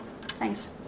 Thanks